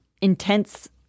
intense